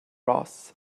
ros